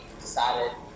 decided